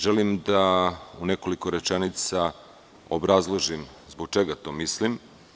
Želim da u nekoliko rečenica obrazložim zbog čega to mislim.